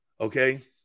Okay